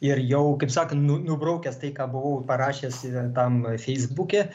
ir jau kaip sakant nubraukęs tai ką buvau parašęs tam feisbuke